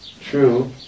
true